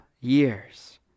years